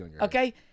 Okay